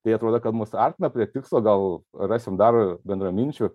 tai atrodo kad mus artina prie tikslo gal rasim dar bendraminčių